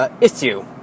Issue